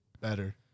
better